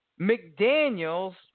McDaniels